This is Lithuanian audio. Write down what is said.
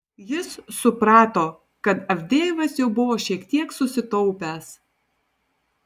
jis suprato kad avdejevas jau buvo šiek tiek susitaupęs